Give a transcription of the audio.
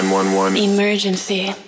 emergency